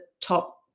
top